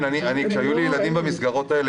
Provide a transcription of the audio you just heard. כשהיו לי ילדים במסגרות האלה,